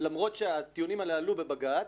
למרות שהטיעונים האלה עלו בבג"ץ,